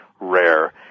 rare